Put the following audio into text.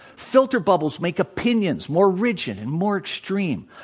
filter bubbles make opinions more rigid and more extreme.